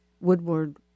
Woodward